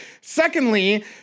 Secondly